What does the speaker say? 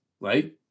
right